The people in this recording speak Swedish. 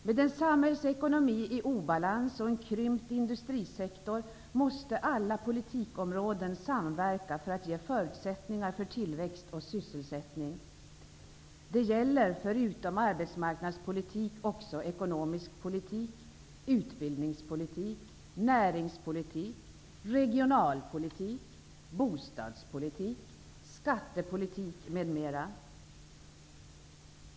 Med en samhällsekonomi i obalans och en krympt industrisektor måste alla politikområden samverka för att ge förutsättningar för tillväxt och sysselsättning. Det gäller förutom arbetsmarknadspolitik också ekonomisk politik, utbildningspolitik, näringspolitik, regionalpolitik, bostadspolitik, skattepolitik, m.m.